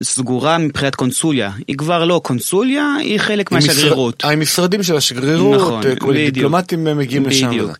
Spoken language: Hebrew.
סגורה מבחינת קונסוליה, היא כבר לא קונסוליה, היא חלק מהשגרירות. המשרדים של השגרירות, הדיפלומטים הם מגיעים לשם.